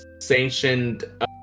sanctioned